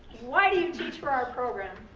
why do you teach for our program?